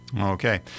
okay